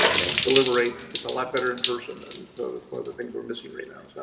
deliberate, it's a lot better in person. and so, that's one of the things we're missing right now,